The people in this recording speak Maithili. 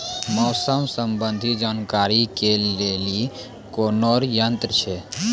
मौसम संबंधी जानकारी ले के लिए कोनोर यन्त्र छ?